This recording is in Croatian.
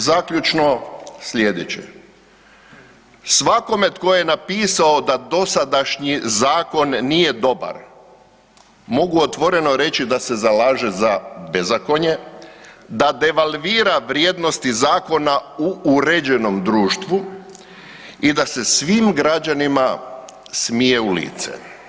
Poručujem zaključno sljedeće, svakome tko je napisao da dosadašnji zakon nije dobar, mogu otvoreno reći da se zalaže za bezakonje, da devalvira vrijednosti zakona u uređenom društvu i da se svim građanima smije u lice.